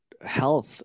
health